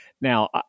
Now –